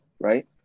Right